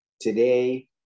Today